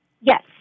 Yes